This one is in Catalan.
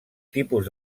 tipus